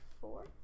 four